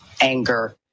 anger